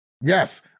yes